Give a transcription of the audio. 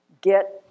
Get